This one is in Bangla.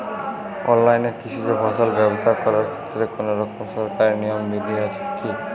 অনলাইনে কৃষিজ ফসল ব্যবসা করার ক্ষেত্রে কোনরকম সরকারি নিয়ম বিধি আছে কি?